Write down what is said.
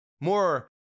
more